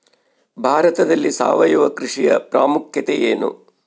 ಭಾರತದಲ್ಲಿ ಸಾವಯವ ಕೃಷಿಯ ಪ್ರಾಮುಖ್ಯತೆ ಎನು?